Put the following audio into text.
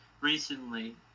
recently